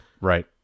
Right